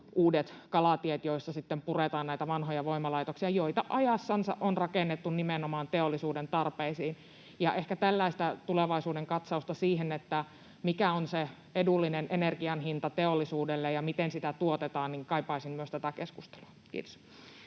puretaan näitä vanhoja voimalaitoksia, joita ajassansa on rakennettu nimenomaan teollisuuden tarpeisiin. Ja ehkä tällaista tulevaisuuden katsausta siihen, mikä on se edullinen energian hinta teollisuudelle ja miten sitä tuotetaan, kaipaisin ja myös tätä keskustelua. — Kiitos.